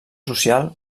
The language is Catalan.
social